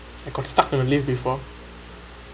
I got stuck in the lift before